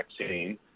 vaccine